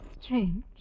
strange